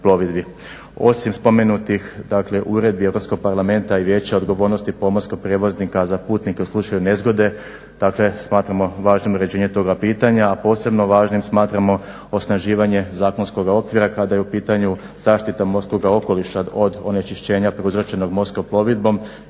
Osim spomenutih, dakle Uredi Europskog Parlamenta i Vijeća odgovornosti pomorskog prijevoznika za putnike u slučaju nezgode, dakle smatramo važnim uređenje toga pitanja, a posebno važnim smatramo osnaživanje zakonskoga okvira kada je u pitanju zaštita morskoga okoliša od onečišćenja prouzročenog morskom plovidbom,